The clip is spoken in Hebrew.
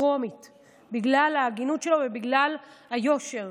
טרומית בגלל ההגינות שלו ובגלל היושר.